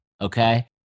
okay